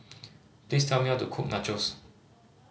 please tell me how to cook Nachos